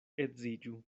edziĝu